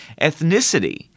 ethnicity